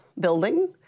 building